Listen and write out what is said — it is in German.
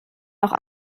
auch